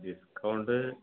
discount